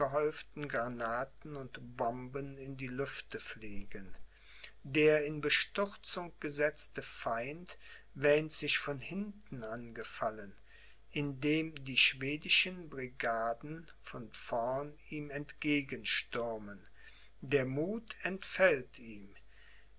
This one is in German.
granaten und bomben in die lüfte fliegen der in bestürzung gesetzte feind wähnt sich von hinten angefallen indem die schwedischen brigaden von vorn ihm entgegenstürmen der muth entfällt ihm